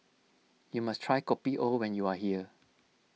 you must try Kopi O when you are here